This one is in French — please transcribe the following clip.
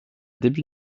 début